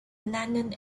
lennon